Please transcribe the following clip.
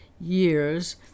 years